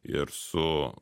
ir su